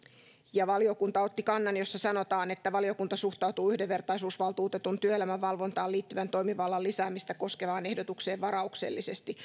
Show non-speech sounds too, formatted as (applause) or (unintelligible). ja valiokunta otti kannan jossa sanotaan että valiokunta suhtautuu yhdenvertaisuusvaltuutetun työelämän valvontaan liittyvän toimivallan lisäämistä koskevaan ehdotukseen varauksellisesti (unintelligible)